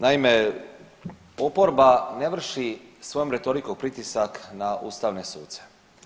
Naime, oporba ne vrši svojom retorikom pritisak na ustavne suce.